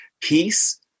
peace